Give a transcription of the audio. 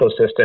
ecosystem